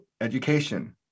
education